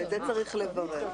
ואת זה צריך לברר.